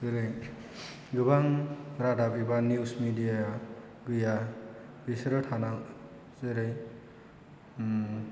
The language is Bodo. जेरै गोबां रादाब एबा निउस मिडियाआ गैया बिसोरो थानां जेरै